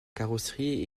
carrosserie